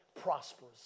prosperous